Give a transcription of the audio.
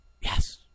Yes